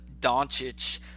Doncic